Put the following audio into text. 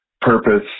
purpose